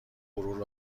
غرور